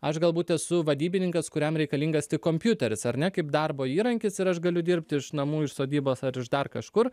aš galbūt esu vadybininkas kuriam reikalingas tik kompiuteris ar ne kaip darbo įrankis ir aš galiu dirbti iš namų iš sodybos ar iš dar kažkur